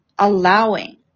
allowing